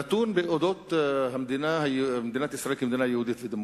נתון על מדינת ישראל כמדינה יהודית ודמוקרטית.